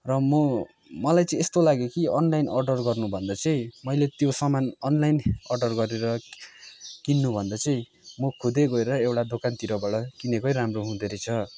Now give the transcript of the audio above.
र म मलाई चाहिँ यस्तो लाग्यो कि अनलाइन अर्डर गर्नुभन्दा चाहिँ मैले त्यो सामान अनलाइन अर्डर गरेर किन्नु भन्दा चाहिँ म खुदै गएर एउटा दोकानतिरबाट किनेकै राम्रो हुँदोरहेछ